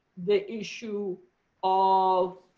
the issue of